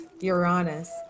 Uranus